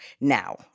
now